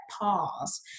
pause